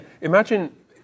Imagine